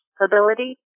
ability